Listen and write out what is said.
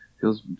feels